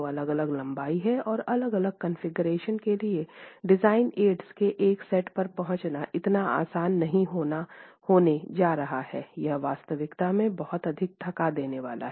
तो अलग अलग लंबाई और अलग अलग कॉन्फ़िगरेशन के लिए डिज़ाइन एड्स के एक सेट पर पहुँचना इतना आसान नहीं होने जा रहा हैयह वास्तविकता में बहुत अधिक थका देने वाला है